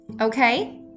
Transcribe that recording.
Okay